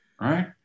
right